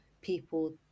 people